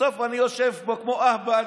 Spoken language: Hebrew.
ובסוף אני יושב פה כמו אהבל